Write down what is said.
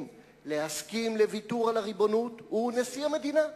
להסכים לוויתור על הריבונות הוא נשיא המדינה,